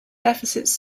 deficits